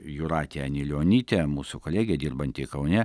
jūratė anilionytė mūsų kolegė dirbanti kaune